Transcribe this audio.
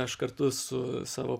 aš kartu su savo